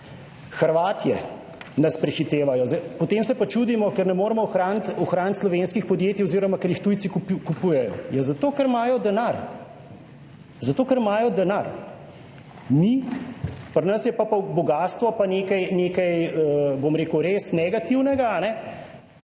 Hrvatje nas prehitevajo, potem se pa čudimo, ker ne moremo ohraniti slovenskih podjetij oziroma ker jih tujci kupujejo. Ja zato, ker imajo denar, zato ker imajo denar, pri nas je pa bogastvo pa nekaj, bom rekel, res negativnega,